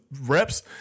reps